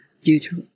future